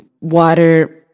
water